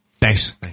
thanks